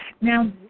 Now